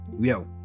Yo